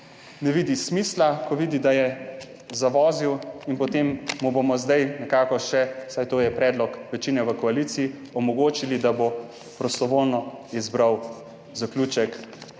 ne vidi več smisla, ko vidi, da je zavozil, in potem mu bomo zdaj nekako še, saj to je predlog večine v koaliciji, omogočili, da bo prostovoljno izbral zaključek